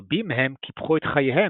רבים מהם קיפחו את חייהם,